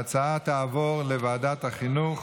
ההצעה תעבור לוועדת החינוך,